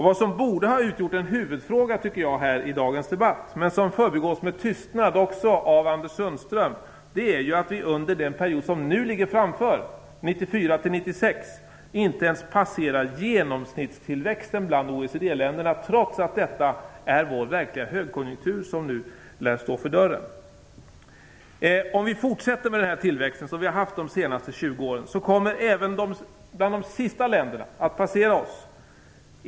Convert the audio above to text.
Vad som borde ha utgjort en huvudfråga i dagens debatt, men som förbigås med tystnad också av Anders Sundström, är att vi under den period som nu ligger framför oss - 94-96 - inte ens passerar genomsnittstillväxten bland OECD-länderna, trots att en verklig högkonjunktur nu lär stå för dörren. Om vi fortsätter med den tillväxt vi har haft de senaste 20 åren kommer även de sista länderna att passera oss.